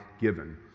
given